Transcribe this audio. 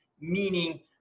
meaning